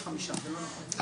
45. זה לא נכון.